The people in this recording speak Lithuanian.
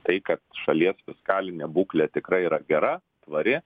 tai kad šalies fiskalinė būklė tikrai yra gera tvari